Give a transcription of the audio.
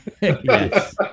Yes